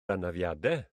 anafiadau